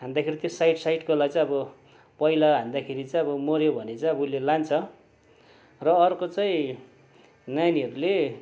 हान्दाखेरि चाहिँ साइड साइडकोलाई चाहिँ अब पहिला हान्दाखेरि चाहिँ अब मर्यो भने चाहिँ अब उसले लान्छ र अर्को चाहिँ नानीहरूले